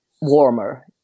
warmer